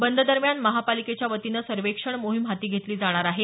बंद दरम्यान महापालिकेच्या वतीनं सर्वेक्षण मोहीम हाती घेतली जाणार आहे